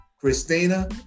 Christina